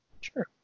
sure